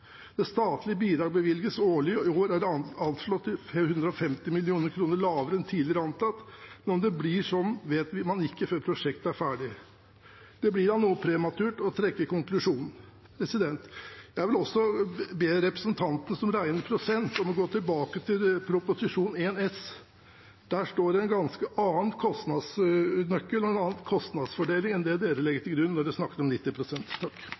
Det statlige bidraget bevilges årlig, og i år er det anslått til 150 mill. kr lavere enn tidligere antatt, men om det blir sånn, vet man ikke før prosjektet er ferdig. Det blir da noe prematurt å trekke konklusjonen. Jeg vil også be representantene som regnet prosent, om å gå tilbake til Prop. 1 S. Der står det en ganske annen kostnadsnøkkel og en annen kostnadsfordeling enn det de legger til grunn når de snakker om